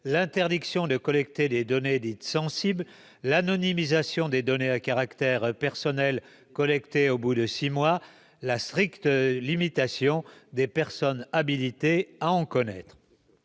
l'interdiction de collecter des données dites « sensibles », l'anonymisation des données à caractère personnel collectées au bout de six mois, ainsi que la stricte limitation des personnes habilitées à en connaître.